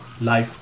life